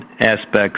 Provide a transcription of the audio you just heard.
aspects